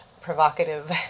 provocative